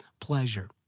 pleasure